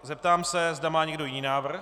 Zeptám se, zda má někdo jiný návrh?